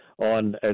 on